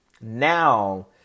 Now